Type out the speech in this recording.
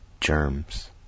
Germs